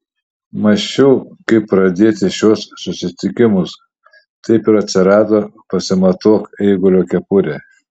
mąsčiau kaip pradėti šiuos susitikimus taip ir atsirado pasimatuok eigulio kepurę